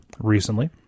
recently